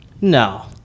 No